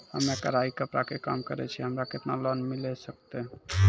हम्मे कढ़ाई कपड़ा के काम करे छियै, हमरा केतना लोन मिले सकते?